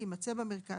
יימצא במרכז,